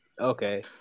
okay